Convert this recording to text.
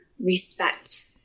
respect